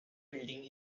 building